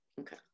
Okay